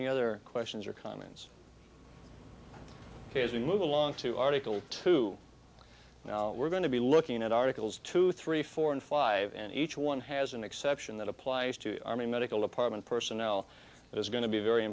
probably the other questions or comments as we move along to article two now we're going to be looking at articles two three four and five and each one has an exception that applies to army medical department personnel it is going to be very